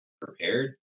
prepared